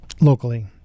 locally